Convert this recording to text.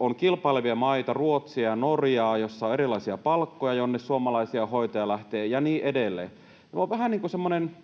On kilpailevia maita, Ruotsia ja Norjaa, joissa on erilaisia palkkoja, jonne suomalaisia hoitajia lähtee ja niin edelleen. Tämä on vähän niin kuin semmoinen